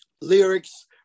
lyrics